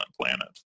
Planet